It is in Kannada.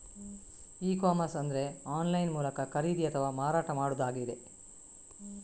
ಇ ಕಾಮರ್ಸ್ ಅಂದ್ರೆ ಆನ್ಲೈನ್ ಮೂಲಕ ಖರೀದಿ ಅಥವಾ ಮಾರಾಟ ಮಾಡುದಾಗಿದೆ